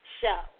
show